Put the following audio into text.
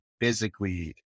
physically